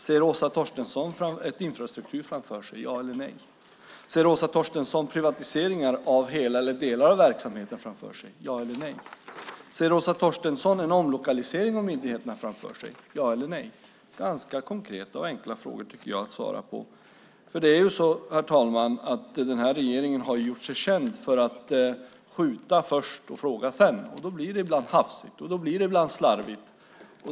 Ser Åsa Torstensson en infrastruktur framför sig, ja eller nej? Ser Åsa Torstensson privatiseringar av hela eller delar av verksamheten framför sig, ja eller nej? Ser Åsa Torstensson en omlokalisering av myndigheterna framför sig, ja eller nej? Det var ganska konkreta och enkla frågor att svara på. Herr talman! Den här regeringen har gjort sig känd för att skjuta först och fråga sedan. Då blir det ibland hafsigt och slarvigt.